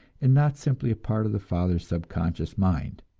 and not simply a part of the father's subconscious mind